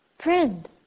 Friend